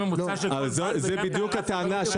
זאת בדיוק הטענה,